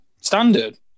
standard